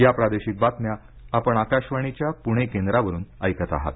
या प्रादेशिक बातम्या आपण आकाशवाणीच्या पुणे केंद्रावरून ऐकत आहात